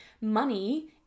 Money